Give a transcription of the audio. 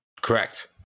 Correct